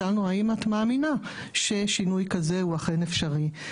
שאלנו: ״האם את/ה מאמין/נה ששינוי כזה הוא אכן אפשרי?״.